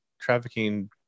trafficking